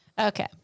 Okay